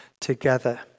together